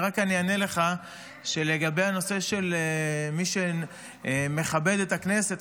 אני רק אענה לך שלגבי הנושא של מי שמכבד את הכנסת,